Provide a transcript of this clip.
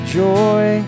joy